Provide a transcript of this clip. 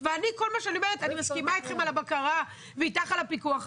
אני מסכימה אתכם על הבקרה ואתך על הפיקוח,